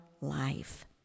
life